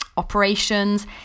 operations